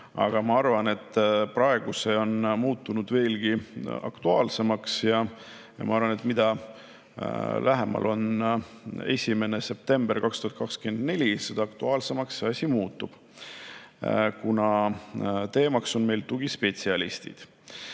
aga ma arvan, et praegu on see muutunud veelgi aktuaalsemaks. Ma arvan, et mida lähemal on 1. september 2024, seda aktuaalsemaks see asi muutub, kuna teemaks on meil tugispetsialistid.Me